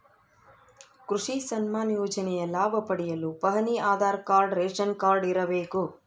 ಕೃಷಿ ಸನ್ಮಾನ್ ಯೋಜನೆಯ ಲಾಭ ಪಡೆಯಲು ಪಹಣಿ ಆಧಾರ್ ಕಾರ್ಡ್ ರೇಷನ್ ಕಾರ್ಡ್ ಇರಬೇಕು